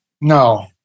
No